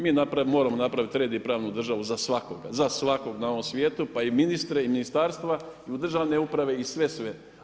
Mi moramo napraviti red i pravnu državu za svakoga, za svakog na ovom svijetu, pa i ministre i Ministarstva, i u državne uprave i sve sve.